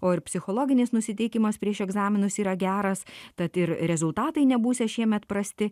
o ir psichologinis nusiteikimas prieš egzaminus yra geras tad ir rezultatai nebūsią šiemet prasti